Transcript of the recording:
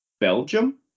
Belgium